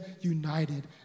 united